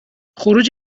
خروج